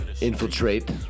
infiltrate